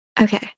Okay